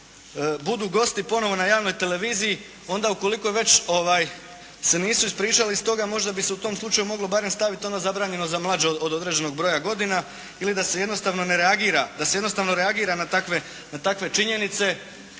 budu gosti ponovo na javnoj televiziji, onda ukoliko već se nisu ispričali stoga možda bi se u tom slučaju moglo barem staviti ono zabranjeno za mlađe od određenog broja godina ili da se jednostavno reagira na takve činjenice.